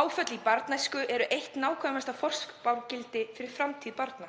Áföll í barnæsku eru eitt nákvæmasta forspárgildi fyrir framtíð barna.